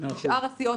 של שאר הסיעות,